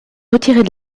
retirés